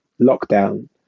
lockdown